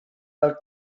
dal